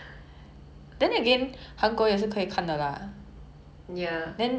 so choose 韩国 or 日本 why